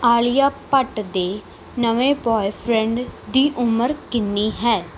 ਆਲੀਆ ਭੱਟ ਦੇ ਨਵੇਂ ਬੁਆਏਫ੍ਰੈਂਡ ਦੀ ਉਮਰ ਕਿੰਨੀ ਹੈ